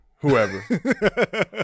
whoever